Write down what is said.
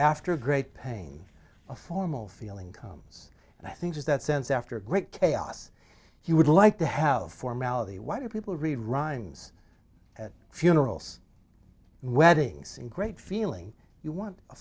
after a great pain a formal feeling comes and i think is that sense after great chaos he would like to have formality why do people read rhymes at funerals and weddings in great feeling you want a